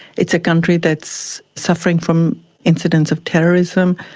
it's a country that's suffering from incidents of terrorism,